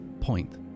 point